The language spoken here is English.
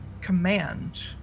command